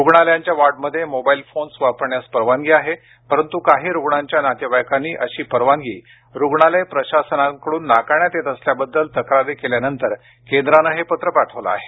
रुग्णालयांच्या वार्डमध्ये mobile phones वापरण्यास परवानगी आहे परंतु काही रुग्णांच्या नातेवाईकांनी अशी परवानगी रुग्णालय प्रशासनाकडून नाकारण्यात येत असल्याबद्दल तक्रारी केल्यानंतर केंद्रानं हे पत्र पाठवलं आहे